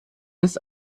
des